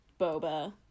Boba